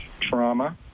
trauma